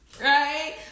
right